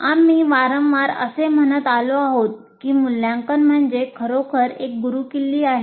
आम्ही वारंवार असे म्हणत आलो आहोत की मूल्यांकन म्हणजे खरोखर एक गुरूकिल्ली आहे